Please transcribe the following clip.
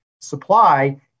supply